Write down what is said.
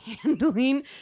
handling